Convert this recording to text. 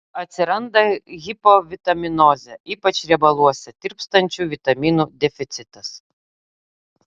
atsiranda hipovitaminozė ypač riebaluose tirpstančių vitaminų deficitas